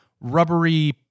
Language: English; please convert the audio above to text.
rubbery